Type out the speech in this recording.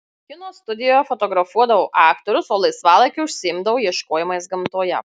kino studijoje fotografuodavau aktorius o laisvalaikiu užsiimdavau ieškojimais gamtoje